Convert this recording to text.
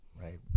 Right